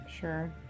Sure